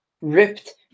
ripped